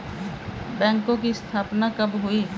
बैंकों की स्थापना कब हुई?